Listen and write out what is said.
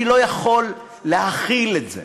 אני לא יכול להכיל את זה.